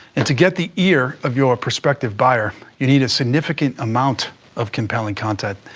and to get the ear of your perspective buyer, you need a significant amount of compelling content,